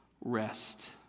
rest